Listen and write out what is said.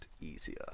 easier